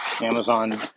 Amazon